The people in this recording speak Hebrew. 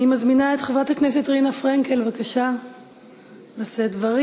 אני מזמינה את חברת הכנסת רינה פרנקל לשאת דברים.